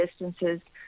distances